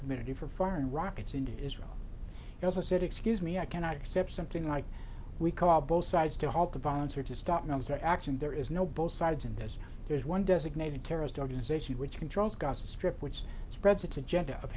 community for foreign rockets into israel also said excuse me i cannot accept something like we call both sides to halt the violence or to stop notes or action there is no both sides in this there's one designated terrorist organization which controls gaza strip which spreads its agenda of